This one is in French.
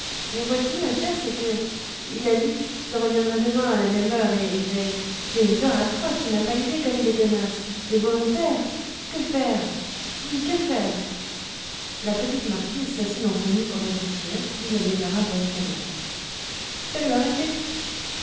mais vois-tu ma chère c'est que il a dit qu'il reviendrait demain à la même heure et j'ai j'ai une peur atroce tu n'as pas idée comme il est tenace et volontaire que faire dis que faire la petite marquise s'assit dans son lit pour réfléchir puis elle déclara brusquement fais-le arrêter